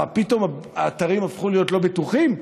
מה פתאום האתרים הפכו להיות לא בטוחים?